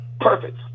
perfect